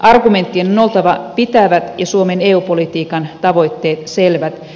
argumenttien on oltava pitävät ja suomen eu politiikan tavoitteet selvät